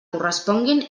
corresponguin